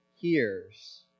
hears